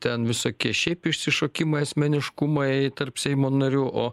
ten visokie šiaip išsišokimai asmeniškumai tarp seimo narių o